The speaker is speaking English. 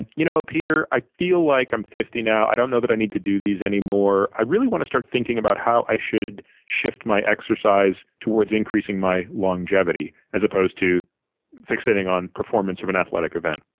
you know, peter, i feel like i'm fifty now. i don't know that i need to do these anymore. i really want to start thinking about how i should shift my exercise towards increasing my longevity as opposed to fixating on performance of an athletic event.